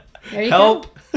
Help